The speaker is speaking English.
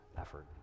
effort